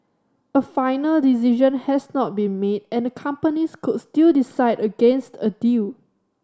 a final decision has not been made and the companies could still decide against a deal